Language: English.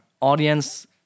audience